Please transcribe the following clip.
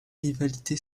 rivalité